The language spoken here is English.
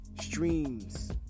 streams